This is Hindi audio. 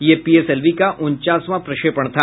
यह पीएसएलवी का उनचासवां प्रक्षेपण था